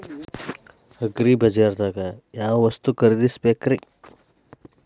ಅಗ್ರಿಬಜಾರ್ದಾಗ್ ಯಾವ ವಸ್ತು ಖರೇದಿಸಬೇಕ್ರಿ?